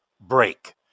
break